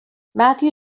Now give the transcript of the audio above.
matthew